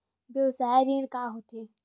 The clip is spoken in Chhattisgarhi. व्यवसाय ऋण का होथे?